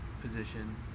position